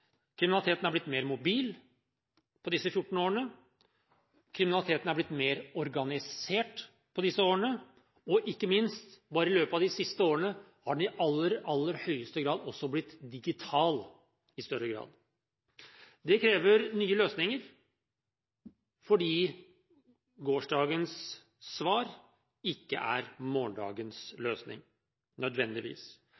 Kriminaliteten er blitt mer mobil på disse 14 årene, kriminaliteten er blitt mer organisert på disse årene, og ikke minst – bare i løpet av de siste årene – har den i aller, aller høyeste grad også blitt digital i større grad. Det krever nye løsninger fordi gårsdagens svar ikke nødvendigvis er morgendagens